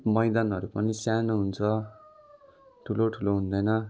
मैदानहरू पनि सानो हुन्छ ठुलो ठुलो हुँदैन